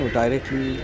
directly